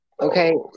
Okay